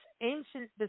ancient